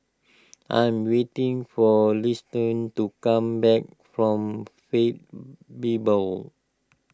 I am waiting for Liston to come back from Faith Bible